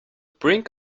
brink